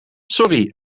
sorry